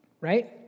Right